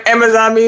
Amazon